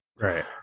right